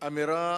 אמירה